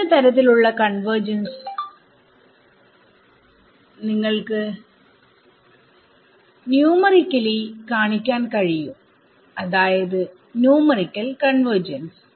എന്ത് തരത്തിൽ ഉള്ള കൺവെർജൻസ് നിങ്ങൾക്ക് ന്യൂമറിക്കലി കാണിക്കാൻ കഴിയും അതായത് ന്യൂമറിക്കൽ കൺവെർജൻസ്